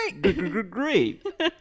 great